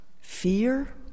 fear